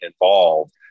involved